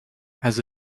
has